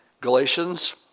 Galatians